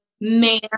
man